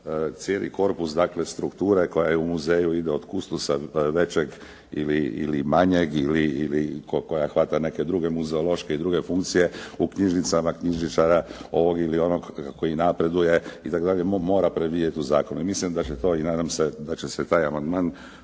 cijeli korpus dakle strukture koja je u muzeju ide od kustosa većeg ili manjeg ili tko koja hvata neke druge muzeološke i druge funkcije, u knjižnicama knjižničara ovog ili onog koji napreduje itd. mora predvidjeti u zakonu i mislim da će to, nadam se da će se taj amandman